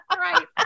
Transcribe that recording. Right